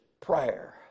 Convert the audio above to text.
prayer